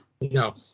No